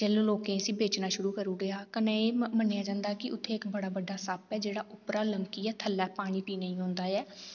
तैलूं लोकें इसी बेचना शुरू करी ओड़ेआ कन्नै एह् मन्नेआ जंदा कि उत्थै इक्क बड़ा बड्डा सप्प ऐ कि जेह्ड़ा उप्परा लमकियै उप्परा दा थल्लै पानी पीने गी औंदा ऐ